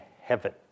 heaven